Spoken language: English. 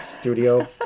studio